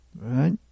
right